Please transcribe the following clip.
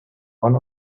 one